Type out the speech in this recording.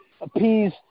appease